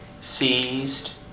seized